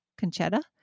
Conchetta